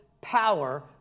power